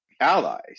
allies